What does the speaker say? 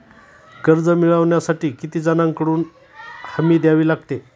कर्ज मिळवण्यासाठी किती जणांकडून हमी द्यावी लागते?